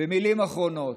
מילים אחרונות,